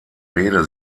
rede